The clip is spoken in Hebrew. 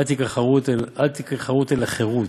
אל תקרא חרות אלא חרות,